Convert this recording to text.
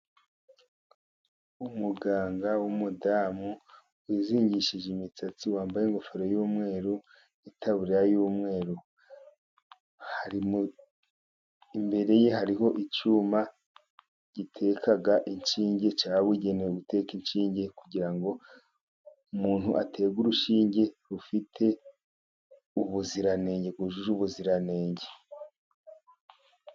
Umuganga wumudamu wizingishije imisatsi wambaye ingofero y'umweru, itaburiya y'umweru. Imbere ye hariho icyuma giteka inshinge cyabugenewe guteka inshinge kugira ngo umuntu aterwe urushinge rufite ubuziranenge rwujuje ubuziranenge.